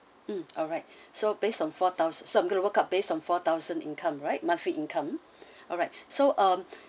mm alright so based on four thous~ so I'm going to work out based on four thousand income right monthly income alright so um